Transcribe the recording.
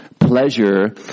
pleasure